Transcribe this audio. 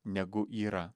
negu yra